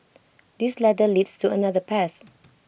this ladder leads to another path